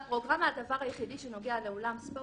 בפרוגרמה הדבר היחידי שנוגע לאולם ספורט